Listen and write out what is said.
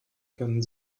können